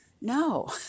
No